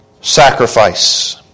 sacrifice